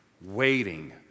waiting